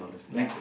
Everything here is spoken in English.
ya